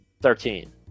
Thirteen